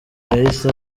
yahise